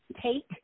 Take